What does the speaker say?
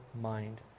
mind